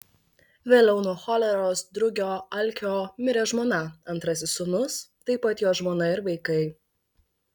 vėliau nuo choleros drugio alkio mirė žmona antrasis sūnus taip pat jo žmona ir vaikai